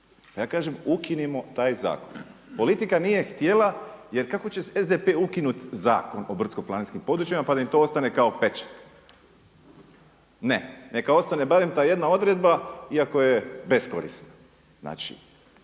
A ja kažem ukinimo taj zakon. Politika nije htjela jer kako će SDP ukinuti Zakon o brdsko-planinskim područjima pa da im to ostane kao pečat. Ne, neka ostane barem ta jedna odredba iako je beskorisna.